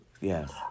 Yes